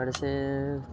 ताहिपरसँ